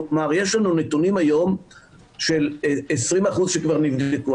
כלומר יש לנו נתונים היום של 20% שכבר נבדקו,